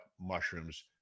mushrooms